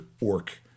orc